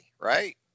right